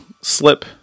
slip